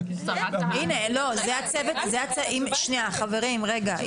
חברים רגע,